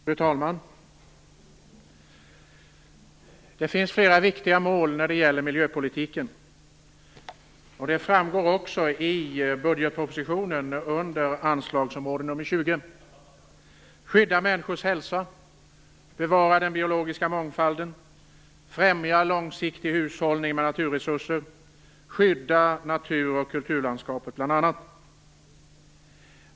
Fru talman! Det finns flera viktiga mål för miljöpolitiken. Det framgår också i budgetpropositionen under anslagsområde nr 20. Målen är: skydda människors hälsa, bevara den biologiska mångfalden, främja långsiktig hushållning med naturresurser, skydda natur och kulturlandskapet m.m.